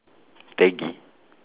peggy